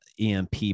EMP